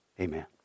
Amen